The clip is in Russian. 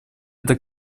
эта